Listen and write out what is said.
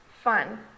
fun